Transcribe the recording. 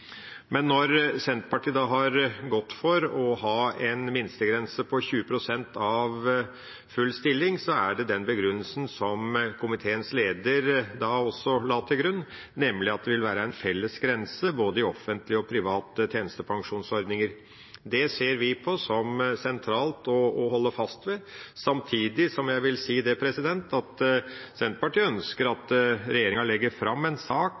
Når Senterpartiet har gått inn for å ha en minstegrense på 20 pst. av full stilling, er det med den begrunnelsen som også komiteens leder la til grunn, nemlig at det vil være en felles grense både i offentlige og i private tjenestepensjonsordninger. Det ser vi på som sentralt å holde fast ved, samtidig som jeg vil si at Senterpartiet ønsker at regjeringa legger fram en sak